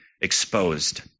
exposed